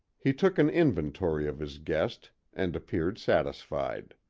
he took an inventory of his guest, and appeared satisfied.